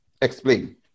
Explain